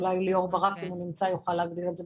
אולי אם ליאור ברק נמצא הוא יוכל להגדיר את זה.